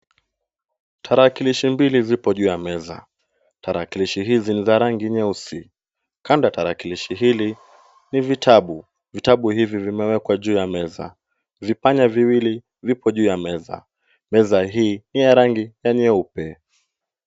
Tarakilishi mbili zipo juu ya meza. Tarakilishi hizi ni za rangi nyeusi. Kando ya tarakilishi hili ni vitabu. Vitabu hivi vimewekwa juu ya meza. Vipanya viwili vipo juu ya meza. Meza hii ina rangi ya nyeupe.